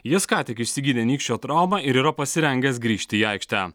jis ką tik išsigydė nykščio traumą ir yra pasirengęs grįžti į aikštę